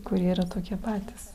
kurie yra tokie patys